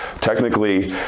Technically